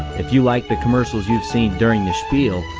if you like the commercials you've seen during the spiel,